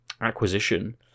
acquisition